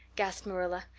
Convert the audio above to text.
gasped marilla.